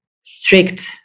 strict